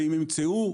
והם ימצאו.